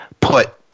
put